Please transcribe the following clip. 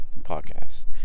podcast